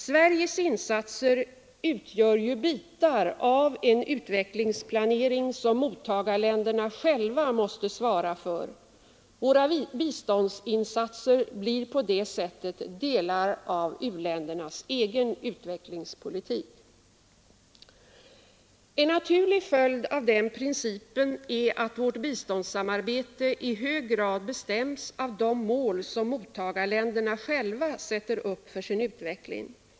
Sveriges insatser utgör ju bitar av en utvecklings planering som mottagarländerna själva måste svara för. Våra biståndsinsatser blir på det sättet delar av u-ländernas egen utvecklingspolitik. En naturlig följd av denna princip är att vårt biståndssamarbete i hög grad bestäms av de mål som mottagarländerna själva sätter upp för sin utveckling.